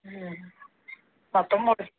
మొత్తం మూడు